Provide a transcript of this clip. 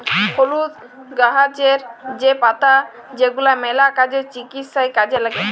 হলুদ গাহাচের যে পাতা সেগলা ম্যালা কাজে, চিকিৎসায় কাজে ল্যাগে